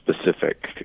specific